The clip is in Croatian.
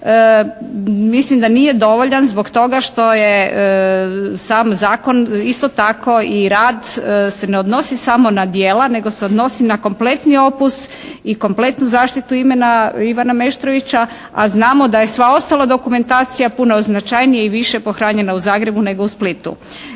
mislim da nije dovoljan zbog toga što je sam zakon isto tako i rad se ne odnosi samo na djela, nego se odnosi na kompletni opus i kompletnu zaštitu imena Ivana Meštrovića, a znamo da je sva ostala dokumentacija puno značajnije i više pohranjena u Zagrebu nego u Splitu.